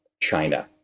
China